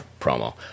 promo